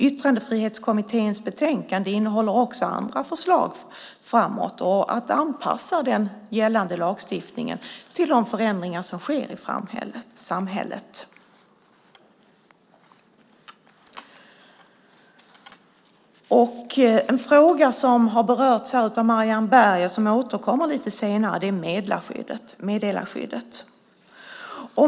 Yttrandefrihetskommitténs betänkande innehåller också andra förslag om att anpassa den gällande lagstiftningen till de förändringar som sker i samhället. En fråga som har berörts här av Marianne Berg och som återkommer lite senare är meddelarskyddet.